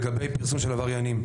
לגבי פרסום של עבריינים,